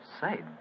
Say